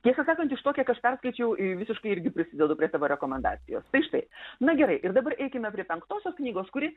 tiesą sakant iš to kiek aš perskaičiau visiškai irgi prisidedu prie savo rekomendacijos tai štai na gerai ir dabar eikime prie penktosios knygos kuri